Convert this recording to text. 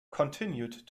continued